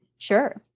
Sure